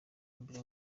mbere